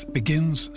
begins